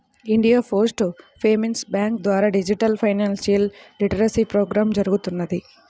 India post payments bank ద్వారా digital financial literacy programme జరుగుతున్నది